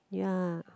ya